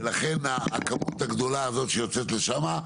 לכן הכמות הגדולה הזאת שיוצאת לשם,